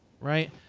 right